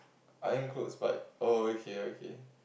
iron clothes but oh okay okay